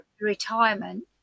retirement